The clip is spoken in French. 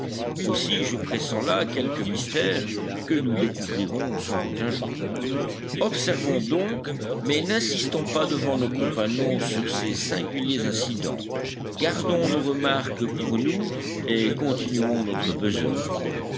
aussi je pressens là quelque mystère que nous découvrirons sans doute un jour observons donc mais n'insistons pas devant nos compagnons sur ces singuliers incidents gardons nos remarques pour nous et continuons notre besogne